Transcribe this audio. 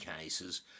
cases